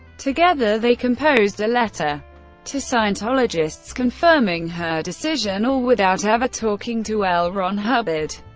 together they composed a letter to scientologists confirming her decision all without ever talking to l. ron hubbard.